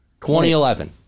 2011